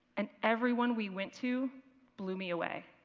and every one we went to blew me away.